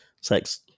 sex